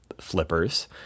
flippers